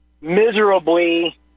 miserably